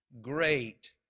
Great